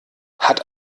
hat